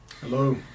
Hello